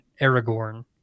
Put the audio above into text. Aragorn